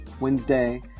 Wednesday